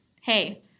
hey